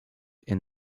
and